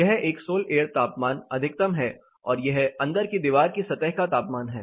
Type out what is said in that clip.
यह एक sol air तापमान अधिकतम है और यह अंदर की दीवार की सतह का तापमान है